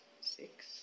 Six